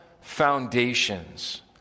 foundations